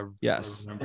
Yes